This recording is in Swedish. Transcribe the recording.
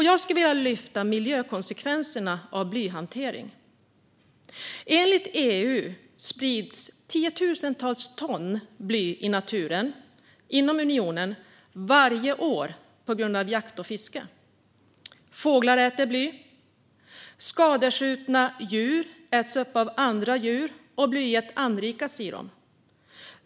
Jag skulle vilja lyfta fram miljökonsekvenserna av blyhantering. Enligt EU sprids tiotusentals ton bly i naturen inom unionen varje år på grund av jakt och fiske. Fåglar äter bly. Skadeskjutna djur äts upp av andra djur, och blyet anrikas i dem.